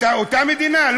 עיסאווי, זאת אותה מדינה.